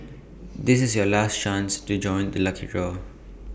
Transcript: this is your last chance to join the lucky draw